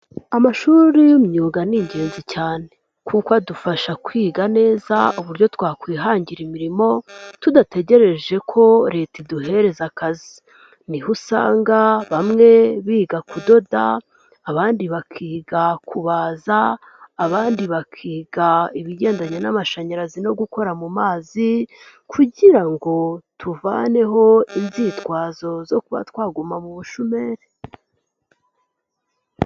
Amashuri y'imyuga ni ingenzi cyane kuko adufasha kwiga neza uburyo twakwihangira imirimo tudategereje ko leta iduhereza akazi. Niho usanga bamwe biga kudoda, abandi bakiga kubaza, abandi bakiga ibigendanye n'amashanyarazi no gukora mu mazi kugira ngo tuvaneho inzitwazo zo kuba twaguma mu bushomeri.